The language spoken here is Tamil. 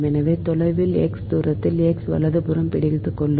எனவே தொலைவில் x தூரத்தில் x வலதுபுறம் பிடித்துக் கொள்ளும்